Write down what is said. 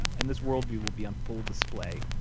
and this worldview will be on full display.